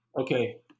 Okay